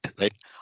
right